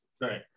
Right